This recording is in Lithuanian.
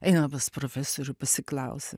einam pas profesorių pasiklausim